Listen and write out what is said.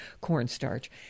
cornstarch